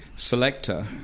Selector